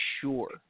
sure